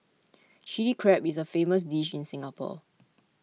Chilli Crab is a famous dish in Singapore